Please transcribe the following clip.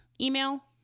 email